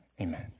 amen